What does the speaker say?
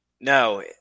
No